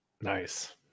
Nice